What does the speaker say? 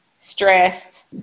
stress